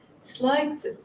slight